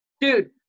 Dude